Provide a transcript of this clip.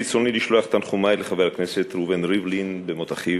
ברצוני לשלוח תנחומי לחבר הכנסת ראובן ריבלין במות אחיו.